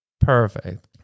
perfect